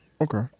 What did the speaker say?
okay